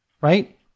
Right